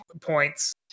points